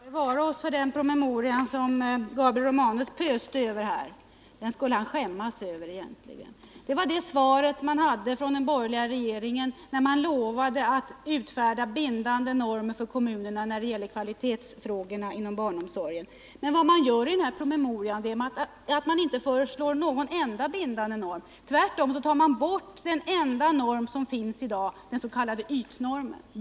Herr talman! Bevare oss för den promemoria som Gabriel Romanus här pöste över — den borde han egentligen skämmas för! Den är alltså svaret från den borgerliga regeringen på löftena om att utfärda bindande normer för kommunerna när det gäller kvalitetsfrågorna inom barnomsorgen. I promemorian föreslås inte en enda bindande norm. Tvärtom vill man ta bort den enda norm som finns i dag, den s.k. ytnormen.